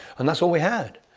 and that's all we had.